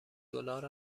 دلار